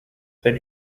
then